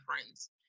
friends